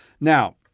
Now